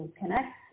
connect